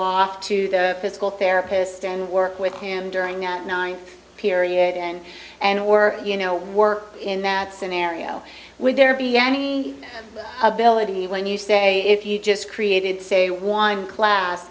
off to the physical therapist and work with him during that nine period and and or you know work in that scenario would there be any ability when you say if you just created say one class